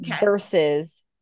versus